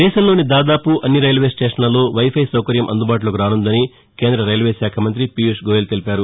దేశంలోని దాదాపు అన్ని రైల్వే స్టేషన్లలో వైఫై సౌకర్యం అందుబాటులోకి రానుందని కేంద్ర రైల్వే శాఖ మంతి పీయుష్ గోయల్ తెలిపారు